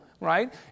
right